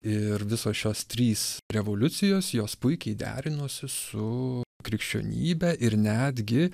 ir visos šios trys revoliucijos jos puikiai derinosi su krikščionybe ir netgi